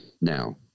now